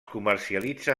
comercialitza